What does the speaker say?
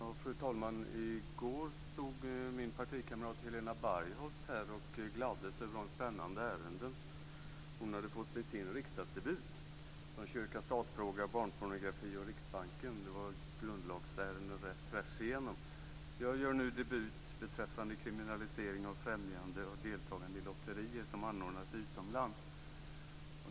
Fru talman! I går stod min partikamrat Helena Bargholtz här och gladde sig över de spännande ärenden som hon hade fått vid sin riksdagsdebut, såsom kyrka-stat-frågan, barnpornografi och Riksbanken - grundlagsärenden rakt igenom. Jag gör nu riksdagsdebut i frågan om kriminalisering av främjande av deltagande i lotterier som anordnas utomlands.